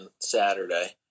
Saturday